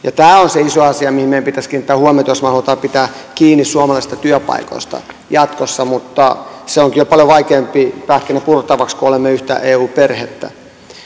tämä on se iso asia mihin meidän pitäisi kiinnittää huomiota jos me haluamme pitää kiinni suomalaisista työpaikoista jatkossa mutta se onkin jo paljon vaikeampi pähkinä purtavaksi kun olemme yhtä eu perhettä